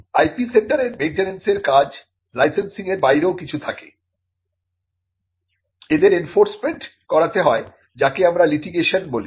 IP সেন্টারের মেইনটেনেন্সের কাজ লাইসেন্সিং এর বাইরেও আরও কিছু থাকে এদের এনফোর্সমেন্ট করাতে হয় যাকে আমরা লিটিগেশন লা বলি